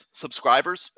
subscribers